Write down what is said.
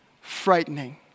frightening